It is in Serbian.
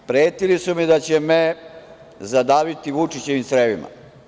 Pretili su mi da će me zadaviti vučićevim crevima.